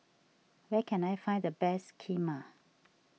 where can I find the best Kheema